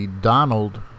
Donald